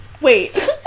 Wait